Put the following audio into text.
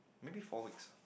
maybe four weeks